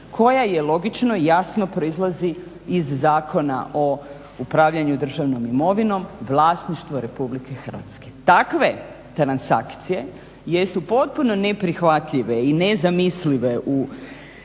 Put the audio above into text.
koja logično i jasno proizlazi iz Zakona o upravljanju državnom imovinom vlasništvo RH. Takve transakcije jesu potpuno neprihvatljive i nezamislive